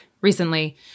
recently